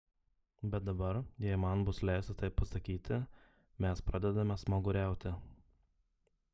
bet dabar jei man bus leista taip pasakyti mes pradedame smaguriauti